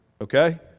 okay